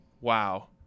wow